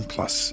Plus